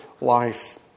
life